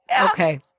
Okay